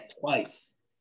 twice